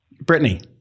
Brittany